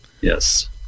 Yes